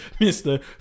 Mr